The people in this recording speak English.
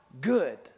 good